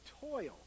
toil